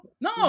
No